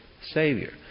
savior